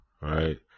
right